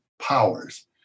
powers